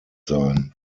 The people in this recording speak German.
sein